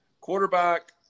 quarterback